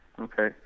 okay